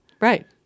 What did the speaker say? Right